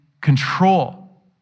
control